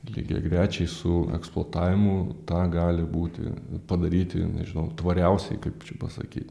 lygiagrečiai su eksploatavimu tą gali būti padaryti nežinau tvariausiai kaip čia pasakyt